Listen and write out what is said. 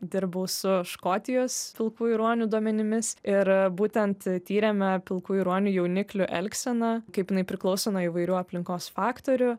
dirbau su škotijos pilkųjų ruonių duomenimis ir būtent tyrėme pilkųjų ruonių jauniklių elgseną kaip jinai priklauso nuo įvairių aplinkos faktorių